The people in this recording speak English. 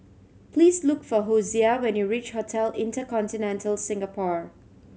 please look for Hosea when you reach Hotel InterContinental Singapore